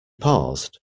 paused